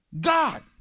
God